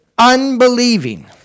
Unbelieving